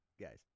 guys